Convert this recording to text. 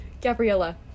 Gabriella